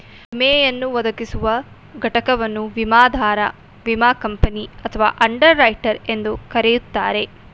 ವಿಮೆಯನ್ನು ಒದಗಿಸುವ ಘಟಕವನ್ನು ವಿಮಾದಾರ ವಿಮಾ ಕಂಪನಿ ಅಥವಾ ಅಂಡರ್ ರೈಟರ್ ಎಂದು ಕರೆಯುತ್ತಾರೆ